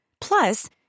Plus